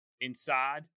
inside